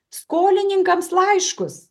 skolininkams laiškus